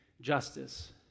justice